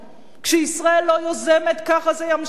כשישראל לא יוזמת ככה זה ימשיך,